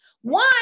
One